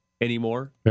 anymore